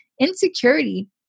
insecurity